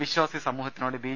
വിശ്വാസി സമൂഹത്തിനോട് ബി